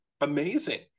amazing